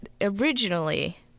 originally